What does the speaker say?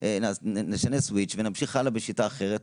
נשנה סוויץ' ונמשיך הלאה בשיטה אחרת,